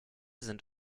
sind